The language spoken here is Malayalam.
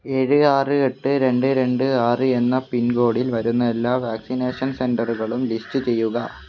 ഏഴ് ആറ് എട്ട് രണ്ട് രണ്ട് ആറ് എന്ന പിൻകോഡിൽ വരുന്ന എല്ലാ വാക്സിനേഷൻ സെൻ്ററുകളും ലിസ്റ്റ് ചെയ്യുക